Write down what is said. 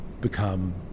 become